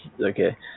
Okay